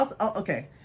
Okay